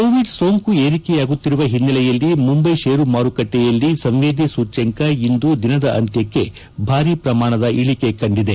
Covid ಸೋಂಕು ಏರಿಕೆಯಾಗುತ್ತಿರುವ ಹಿನ್ನೆಲೆಯಲ್ಲಿ ಮುಂಬೈ ಷೇರು ಮಾರುಕಟ್ವೆಯಲ್ಲಿ ಸಂವೇದಿ ಸೂಚ್ಯಂಕ ಇಂದು ದಿನದ ಅಂತ್ಯಕ್ಕೆ ಭಾರೀ ಪ್ರಮಾಣದ ಇಳಿಕೆಯಾಗಿದೆ